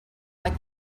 like